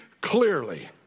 clearly